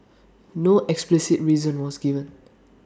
no explicit reason was given